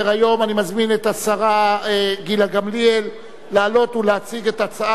אני מזמין את השרה גילה גמליאל לעלות ולהציג את הצעת החוק,